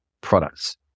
products